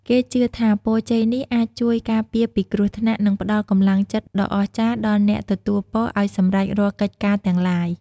គេជឿថាពរជ័យនេះអាចជួយការពារពីគ្រោះថ្នាក់ និងផ្តល់កម្លាំងចិត្តដ៏អស្ចារ្យដល់អ្នកទទួលពរឲ្យសម្រេចរាល់កិច្ចការទាំងឡាយ។